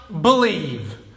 believe